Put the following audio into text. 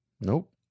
nope